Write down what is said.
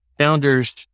Founders